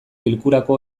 bilkurako